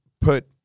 put